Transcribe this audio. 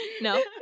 No